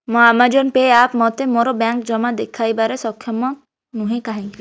ମୋ Amazon Pay app ମୋତେ ମୋର ବ୍ୟାଙ୍କ୍ ଜମା ଦେଖାଇବାରେ ସକ୍ଷମ ନୁହେଁ କାହିଁକି